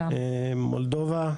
מולדובה?